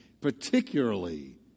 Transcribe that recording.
particularly